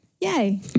yay